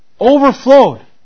Overflowed